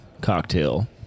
cocktail